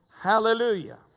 Hallelujah